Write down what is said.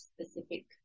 specific